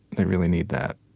they really need that